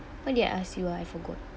what did I ask you ah I forgot